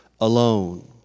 alone